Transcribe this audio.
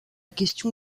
question